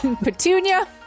Petunia